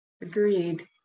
agreed